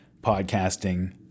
Podcasting